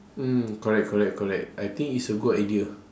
mm correct correct correct I think it's a good idea